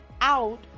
out